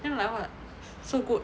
then like what so good